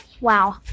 wow